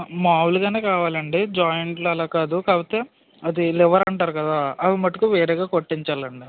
మామూలుగానే కావాలండి జాయింట్లు అలాకాదు కాకపోతే అది లివర్ అంటారు కదా అవి మట్టుకు వేరేగా కొట్టించాలండి